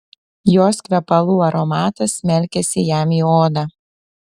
jos kvepalų aromatas smelkėsi jam į odą